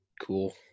cool